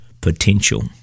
potential